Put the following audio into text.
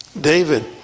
David